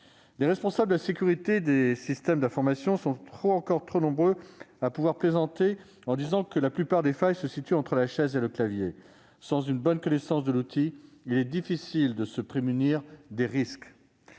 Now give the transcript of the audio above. Les responsables de la sécurité des systèmes d'information sont encore trop nombreux à plaisanter en affirmant que la plupart des failles se situent « entre la chaise et le clavier »; sans une bonne connaissance de l'outil, il est difficile de se prémunir contre les